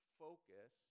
focus